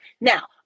Now